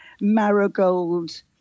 marigold